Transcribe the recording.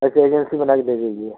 अच्छा एजेंसी बनाकर दे देगी